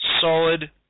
Solid